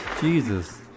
jesus